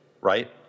right